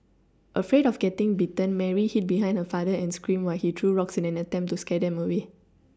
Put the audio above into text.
afraid of getting bitten Mary hid behind her father and screamed while he threw rocks in an attempt to scare them away